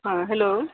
हँ हैलो